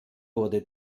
wurde